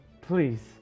Please